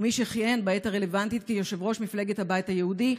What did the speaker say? ומי שכיהן בעת הרלוונטית כיו"ר מפלגת הבית היהודי,